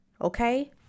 Okay